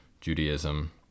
judaism